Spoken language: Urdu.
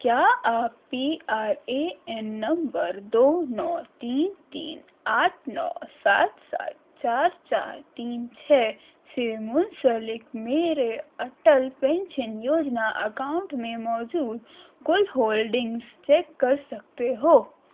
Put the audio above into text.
کیا آپ پی آر اے این نمبر دو نو تین تین آٹھ نو سات سات چار چار تین چھ سے منسلک میرے اٹل پینشن یوجنا اکاؤنٹ میں موجود کل ہولڈنگز چیک کر سکتے ہو